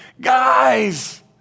Guys